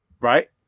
right